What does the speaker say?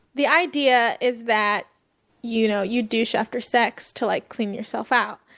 the idea is that you know you douche after sex to like clean yourself out.